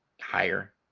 higher